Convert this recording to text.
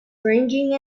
ringing